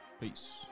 Peace